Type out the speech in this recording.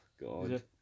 God